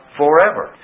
forever